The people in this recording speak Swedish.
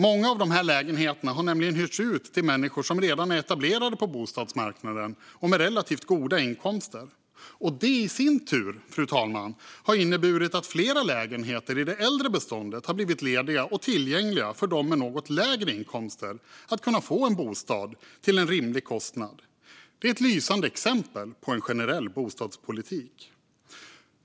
Många av de här lägenheterna har nämligen hyrts ut till människor som redan är etablerade på bostadsmarknaden och som har relativt goda inkomster. Det i sin tur, fru talman, har inneburit att fler lägenheter i det äldre beståndet har blivit lediga och tillgängliga för dem med något lägre inkomster, så att de har kunnat få en bostad till en rimlig kostnad. Detta är ett lysande exempel på en generell bostadspolitik.